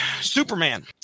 superman